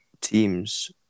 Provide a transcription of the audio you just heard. teams